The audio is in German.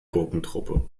gurkentruppe